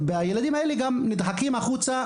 הילדים האלה נדחקים החוצה,